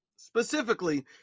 Specifically